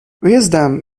wisdom